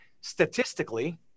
statistically